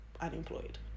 unemployed